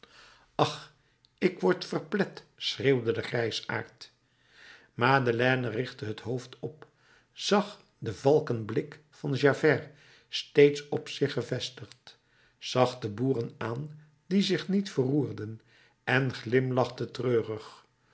ach ik word verplet schreeuwde de grijsaard madeleine richtte het hoofd op zag den valkenblik van javert steeds op zich gevestigd zag de boeren aan die zich niet verroerden en glimlachte treurig